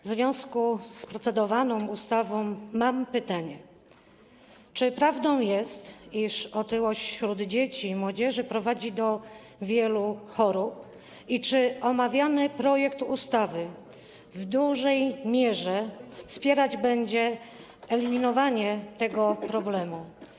W związku z procedowaną ustawą mam pytanie: Czy prawdą jest, iż otyłość wśród dzieci i młodzieży prowadzi do wielu chorób, i czy omawiany projekt ustawy w dużej mierze będzie wspierać eliminowanie tego problemu?